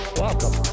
welcome